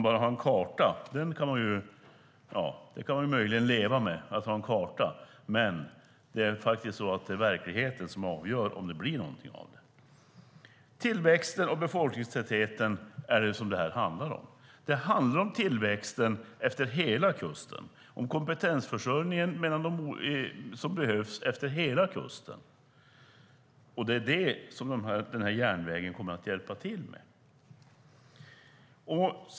Att ha en karta kan man möjligen leva med, men det är verkligheten som avgör om det blir någonting av det. Tillväxten och befolkningstätheten är vad det här handlar om. Det handlar om tillväxten efter hela kusten och om den kompetensförsörjning som behövs efter hela kusten. Det är det som den här järnvägen kommer att hjälpa till med.